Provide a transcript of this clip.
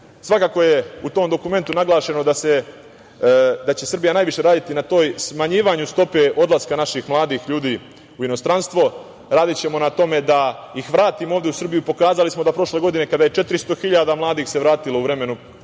je u tom dokumentu naglašeno da će Srbija najviše raditi na smanjivanju stope odlaska naših ljudi u inostranstvo. Radićemo na tome da ih vratimo ovde u Srbiju. Pokazali smo da prošle godine kada se 400.000 mladih vratilo u vremenu